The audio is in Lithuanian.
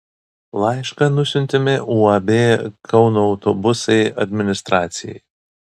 laišką nusiuntėme uab kauno autobusai administracijai